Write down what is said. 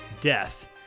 death